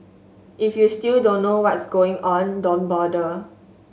if you still don't know what's going on don't bother